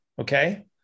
Okay